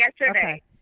Yesterday